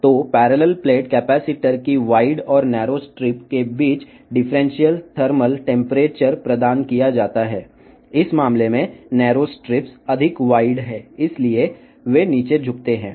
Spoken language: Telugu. కాబట్టి సమాంతర ప్లేట్ కెపాసిటర్ల విస్తృత మరియు ఇరుకైన స్ట్రిప్ మధ్య అవకలన ఉష్ణ ఉష్ణోగ్రతలు అందించబడతాయి ఈ సందర్భంలో ఇరుకైన స్ట్రిప్స్ వెడల్పు ఎక్కువగా ఉంటాయి అవి క్రిందికి వంగి ఉంటాయి